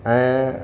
ऐं